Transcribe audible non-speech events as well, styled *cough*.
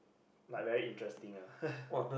like very interesting ah *laughs*